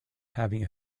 having